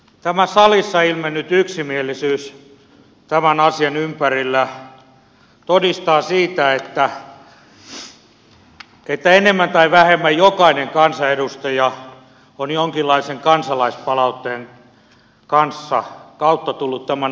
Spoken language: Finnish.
tämä salissa ilmennyt yksimielisyys tämän asian ympärillä todistaa siitä että enemmän tai vähemmän jokainen kansanedustaja on jonkinlaisen kansalaispalautteen kautta tullut tämän asian kanssa tutuksi